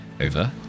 over